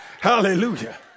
Hallelujah